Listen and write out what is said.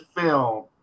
film